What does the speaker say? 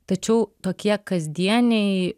tačiau tokie kasdieniai